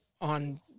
on